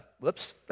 whoops